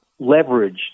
leveraged